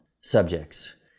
subjects